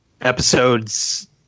episodes